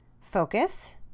focus